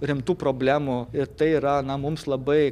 rimtų problemų ir tai yra na mums labai